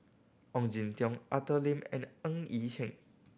Ong Jin Teong Arthur Lim and Ng Yi Sheng